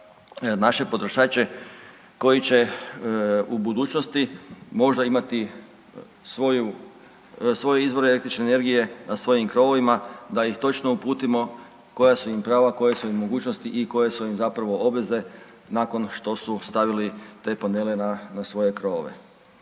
naše potrošače koji će u budućnosti možda imati svoju, svoje izvore električne energije na svojim krovovima da ih točno uputimo koja su im prava, koje su im mogućnosti i koje su im zapravo obveze nakon što su stavili te panele na, na svoje krovove.